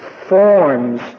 forms